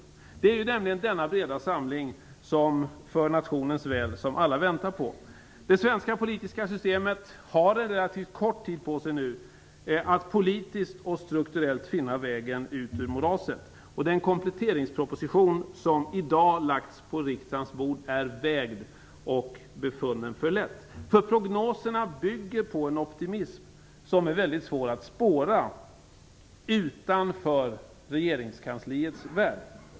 Det är denna breda samling för nationens väl som alla väntar på. Det svenska politiska systemet har nu en relativt kort tid på sig att politiskt och strukturellt finna vägen ut ur moraset. Den kompletteringsproposition som i dag lagts på riksdagens bord är vägd och befunnen för lätt. Prognoserna bygger på en optimism som är mycket svår att spåra utanför regeringskansliets värld.